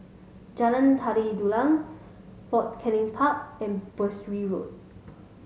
Jalan Tari Dulang Fort Canning Park and Berkshire Road